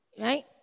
right